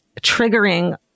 triggering